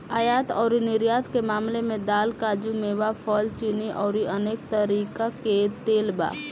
आयात अउरी निर्यात के मामला में दाल, काजू, मेवा, फल, चीनी अउरी अनेक तरीका के तेल बा